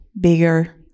bigger